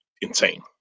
insane